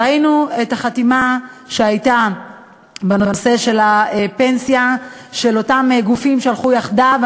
ראינו את החתימה שהייתה בנושא של הפנסיה של אותם גופים שהלכו יחדיו.